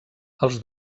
els